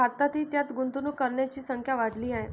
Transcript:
भारतातही त्यात गुंतवणूक करणाऱ्यांची संख्या वाढली आहे